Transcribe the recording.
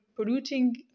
polluting